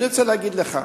אני רוצה להגיד לך,